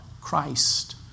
Christ